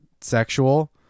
sexual